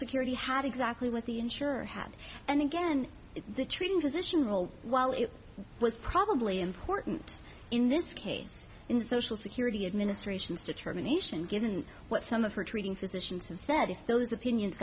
security had exactly what the insurer had and again the treating physician role while it was probably important in this case in social security administration's determination given what some of her treating physicians have said if those opinions